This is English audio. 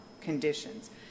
conditions